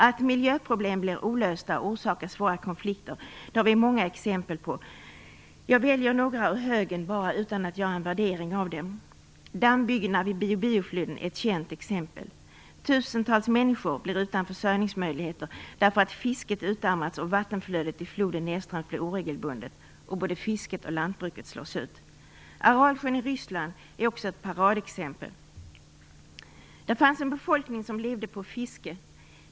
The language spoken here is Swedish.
Att miljöproblem blir olösta och orsakar svåra konflikter har vi många exempel på. Jag väljer några ur högen utan att göra en värdering av dem. Dammbyggena vid Biobiofloden är ett känt exempel. Tusentals människor blir utan försörjningsmöjligheter därför att fisket har utarmas och vattenflödet i floden nedströms blir oregelbundet, och både fisket och lantbruket längs floden slås ut. Aralsjön i Ryssland är också ett paradexempel. Där fanns en befolkning som levde på fiske.